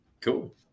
Cool